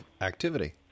activity